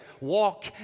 walk